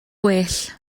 gwell